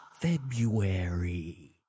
February